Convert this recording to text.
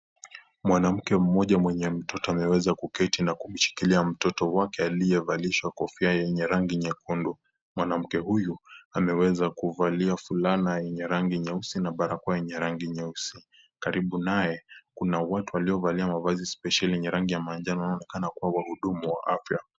Mwanamke mmoja mwenye mtoto ameweza kuketi na kumshikilia mtoto wake aliyevalishwa kofia yenye rangi nyekundu. Mwanamke huyu ameweza kuvalia fulana yenye rangi nyeusi na barakoa yenye rangi nyeusi. Karibu naye kuna watu waliovalia mavazi spesheli ya rangi ya manjano wanaoonekana kuwa wahudumu wa afya.